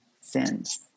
sins